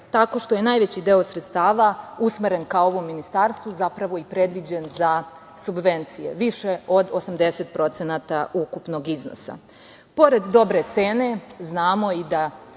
tako što je najveći deo sredstava usmeren ka ovom ministarstvu zapravo i predviđen za subvencije, više od 80% ukupnog iznosa. Pored